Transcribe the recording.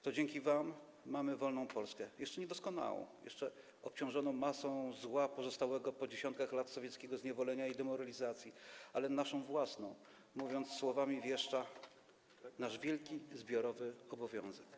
To dzięki wam mamy wolną Polskę, jeszcze niedoskonałą, jeszcze obciążoną masą zła pozostałego po dziesiątkach lat sowieckiego zniewolenia i demoralizacji, ale naszą własną, mówiąc słowami wieszcza: nasz wielki zbiorowy obowiązek.